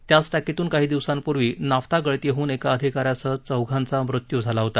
त्याच टाकीतून काही दिवसांपूर्वी नाप्था गळती होऊन एका अधिकाऱ्यासह चौघांचा मृत्यू झाला होता